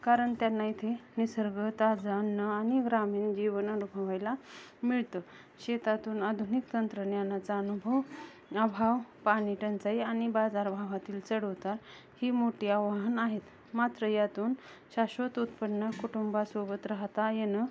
कारण त्यांना इथे निसर्ग ताजं अन्न आणि ग्रामीण जीवन अनुभवायला मिळतं शेतातून आधुनिक तंत्रज्ञानाचा अनुभव अभाव पाणी टंचाई आणि बाजारभवातील चढउतार ही मोठी आव्हानं आहेत मात्र यातून शाश्वत उत्पन्न कुटुंबासोबत राहता येणं